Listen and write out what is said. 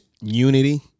unity